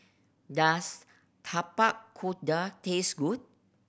does Tapak Kuda taste good